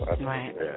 Right